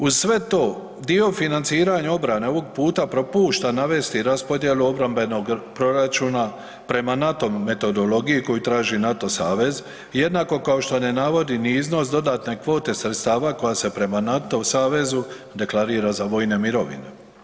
Uz sve to dio financiranja obrane ovog puta propušta navesti raspodjelu obrambenog proračuna prema NATO metodologiji koju traži NATO savez, jednako kao što ne navodi ni iznos dodatne kvote sredstava koja se prema NATO savezu deklarira za vojne mirovine.